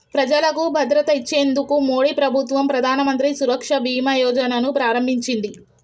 ప్రజలకు భద్రత ఇచ్చేందుకు మోడీ ప్రభుత్వం ప్రధానమంత్రి సురక్ష బీమా యోజన ను ప్రారంభించింది